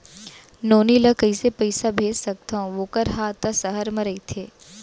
नोनी ल कइसे पइसा भेज सकथव वोकर हा त सहर म रइथे?